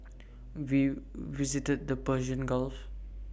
we visited the Persian gulf